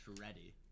ready